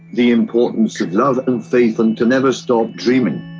the importance of love and faith, and to never stop dreaming.